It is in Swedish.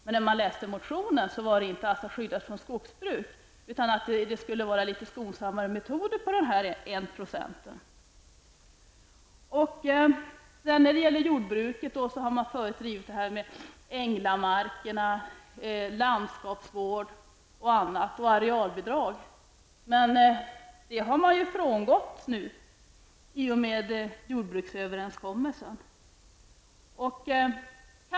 Men när man läste motionen, fann man att skogsmarken inte skulle skyddas mot skogsbruk utan att det skulle användas litet skonsammare metoder på 1 % av skogsmarken. När det gäller jordbruket har folkpartiet talat om änglamark, landskapsvård, arealbidrag och annat. Men det har man nu frångått genom jordbruksöverenskommelsen.